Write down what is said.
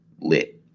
lit